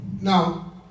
Now